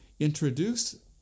introduce